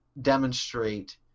demonstrate